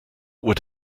would